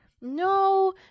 no